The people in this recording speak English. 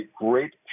great